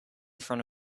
front